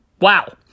wow